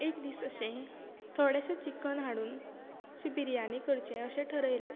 एक दीस अशें थोडेशें चिकन हाडून तशी बिरयानी करचें अशें थरयलें